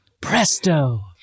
Presto